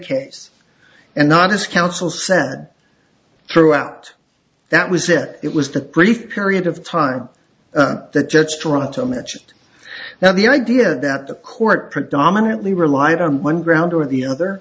case and not as counsel said throughout that was it it was that brief period of time that judge straw to match now the idea that the court predominantly relied on one ground or the other